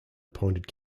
appointed